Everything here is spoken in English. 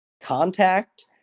contact